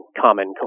common